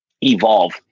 evolve